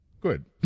good